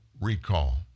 recall